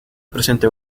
presente